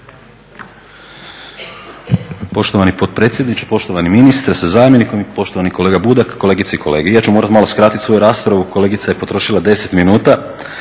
Poštovani potpredsjedniče, poštovani ministre sa zamjenikom i poštovani kolega Budak, kolegice i kolege. Ja ću morat malo skratit svoju raspravu, kolegica je potrošila 10 minuta